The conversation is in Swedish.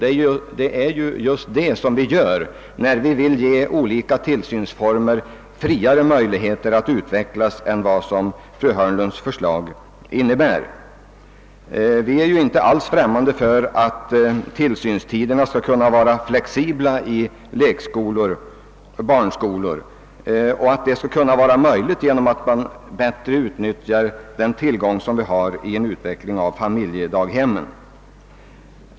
Men det är ju just det vi gör när vi vill ge olika tillsynsformer möjligheter att utvecklas mera fritt än vad fru Hörnlunds förslag innebär. Vi är inte alls främmande för att tillsynstiderna skall kunna vara flexibla i lekskolor, vilket skulle möjliggöras genom att man bättre utnyttjar den tillgång som ligger i en utveckling av familjedaghemmen.